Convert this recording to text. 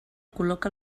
col·loca